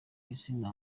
izina